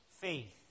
faith